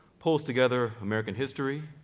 pulls together american history,